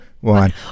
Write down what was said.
one